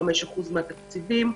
25% מהתקציבים,